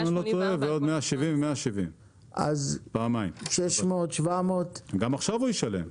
אם אני לא טועה ועוד 170. 380 ועוד 174. גם עכשיו הוא ישלם.